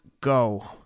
go